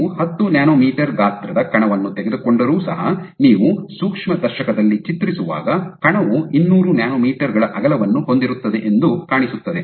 ನೀವು ಹತ್ತು ನ್ಯಾನೊಮೀಟರ್ ಗಾತ್ರದ ಕಣವನ್ನು ತೆಗೆದುಕೊಂಡರೂ ಸಹ ನೀವು ಸೂಕ್ಷ್ಮದರ್ಶಕದಲ್ಲಿ ಚಿತ್ರಿಸುವಾಗ ಕಣವು ಇನ್ನೂರು ನ್ಯಾನೊಮೀಟರ್ ಗಳ ಅಗಲವನ್ನು ಹೊಂದಿರುತ್ತದೆ ಎಂದು ಕಾಣಿಸುತ್ತದೆ